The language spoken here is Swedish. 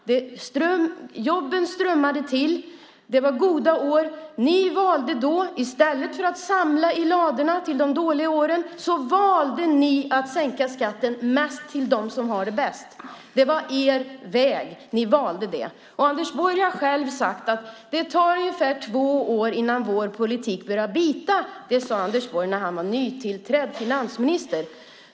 Jobben strömmade till. Det var goda år. I stället för att samla i ladorna till de dåliga åren valde ni att sänka skatten mest för dem som har det bäst. Det var er väg. Ni valde den. Anders Borg har själv sagt att det tar ungefär två år innan er politik börjar bita. Det sade Anders Borg när han var nytillträdd finansminister.